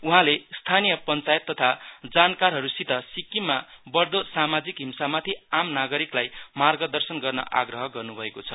उहाँले स्थानीय पञ्चायत तथा जानकारहरूसित सिक्किममा बढ़दो सामाजिक हिंसामाथि आम नागरिकलाई मार्गदर्शन गर्न आग्रह गर्नु भएको छ